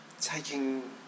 Taking